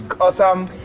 Awesome